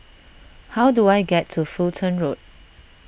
how do I get to Fulton Road